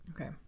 Okay